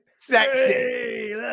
Sexy